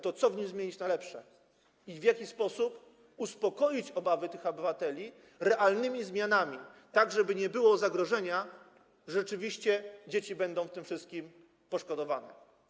To co w nim zmienić na lepsze i w jaki sposób uspokoić obawy tych obywateli realnymi zmianami, tak żeby nie było zagrożenia, że rzeczywiście dzieci będą w tym wszystkim poszkodowane?